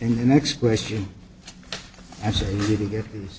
in the next question is